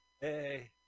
Hey